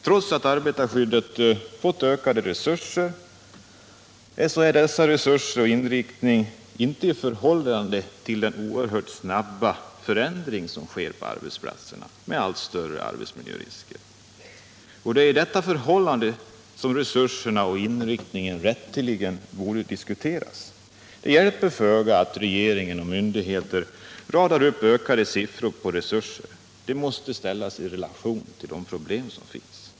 Trots att arbetarskyddet fått ökade resurser står 2 december 1977 dessa resurser och deras inriktning inte i rimligt förhållande till den oer= I hört snabba förändring som sker på arbetsplatserna med allt större ar — Om åtgärder för att betsmiljörisker. Det är med tanke på detta förhållande som resurserna = förhindra skador av och inriktningen rätteligen borde diskuteras. Det hjälper föga om regering = farliga lösningsmeoch myndigheter radar upp ökade siffror för resurser; de måste ställas = del i relation till de problem som finns.